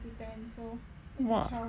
!wah!